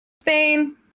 spain